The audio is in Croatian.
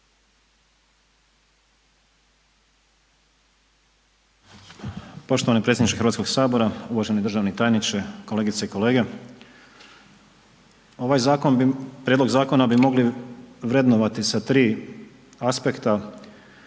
Poštovani predsjedniče HS-a, uvaženi državni tajniče, kolegice i kolege. Ovaj prijedlog zakona bi mogli vrednovati sa 3 aspekta.